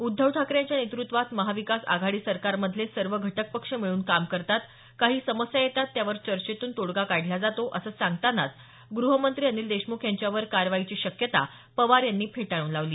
उद्धव ठाकरे यांच्या नेतृत्वात महाविकास आघाडी सरकारमधले सर्व घटकपक्ष मिळून काम करतात काही समस्या येतात त्यावर चर्चेतून तोडगा काढला जातो असं सांगतानाच ग्रहमंत्री अनिल देशमुख यांच्यावर कारवाईची शक्यता पवार यांनी फेटाळून लावली